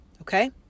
Okay